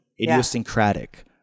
idiosyncratic